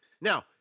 Now